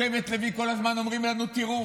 שבט לוי, כל הזמן אומרים לנו: תראו,